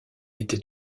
était